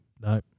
No